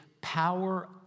power